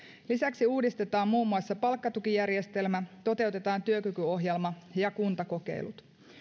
lisäksi uudistetaan muun muassa palkkatukijärjestelmä toteutetaan työkykyohjelma ja kuntakokeilut